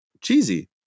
cheesy